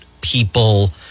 people